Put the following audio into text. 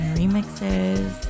remixes